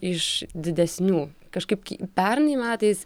iš didesnių kažkaip pernai metais